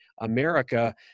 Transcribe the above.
america